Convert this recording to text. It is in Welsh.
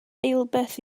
eilbeth